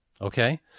Okay